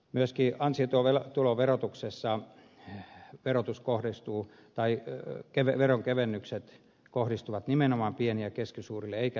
myös kiinaan siitä ovela tuloverotuksessaan hehku verotus kohdistuu myöskin ansiotuloverotuksen kevennykset kohdistuvat nimenomaan pieni ja keskituloisille eivätkä niin kuin ed